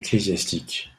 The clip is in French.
ecclésiastiques